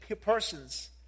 persons